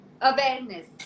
awareness